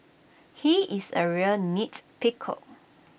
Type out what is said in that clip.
he is A real nitpicker